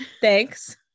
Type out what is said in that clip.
thanks